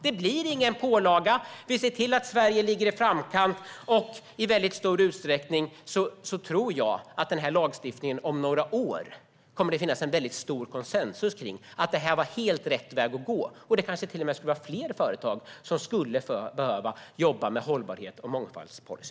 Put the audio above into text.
Det blir ingen pålaga, och vi ser till att Sverige ligger i framkant. Jag tror att det om några år kommer att råda stor konsensus om denna lagstiftning. Man kommer i stor utsträckning att tycka att detta var helt rätt väg att gå. Det kanske till och med borde vara fler företag som skulle få öva sig att jobba med hållbarhet och mångfaldspolicy.